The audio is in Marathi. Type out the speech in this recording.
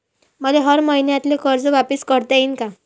मले हर मईन्याले कर्ज वापिस करता येईन का?